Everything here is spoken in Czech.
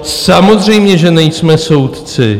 Samozřejmě že nejsme soudci.